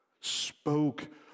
spoke